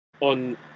on